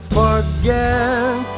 forget